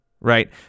right